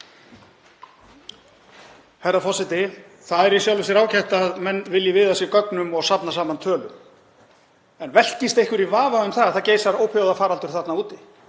Herra forseti. Það er í sjálfu sér ágætt að menn vilji viða að sér gögnum og safna saman tölum. En velkist einhver í vafa um að það geisar ópíóíðafaraldur þarna úti?